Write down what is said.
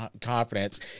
confidence